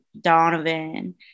Donovan